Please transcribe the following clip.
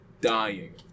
dying